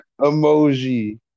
emoji